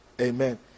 Amen